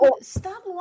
stop